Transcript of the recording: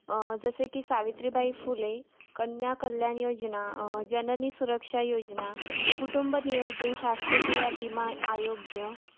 जसे की सावित्रीबाई फुले कन्या कल्याण योजना जननी सुरक्षा योजना कुटुंब नियोजन शस्त्रक्रिया विमा आरोग्य